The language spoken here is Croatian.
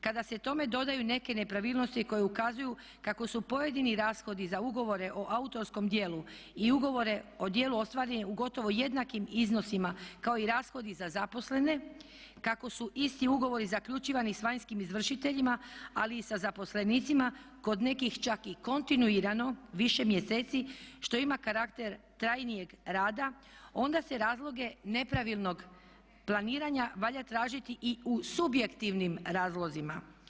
Kada se tome dodaju neke nepravilnosti koje ukazuju kako su pojedini rashodi za ugovore o autorskom djelu i ugovore o djelu ostvareni u gotovo jednakim iznosima kao i rashodi za zaposlene, kako su isti ugovori zaključivani s vanjskim izvršiteljima ali i sa zaposlenicima kod nekih čak i kontinuirano više mjeseci, što ima karakter trajnijeg rada, onda se razloge nepravilnog planiranja valja tražiti i u subjektivnim razlozima.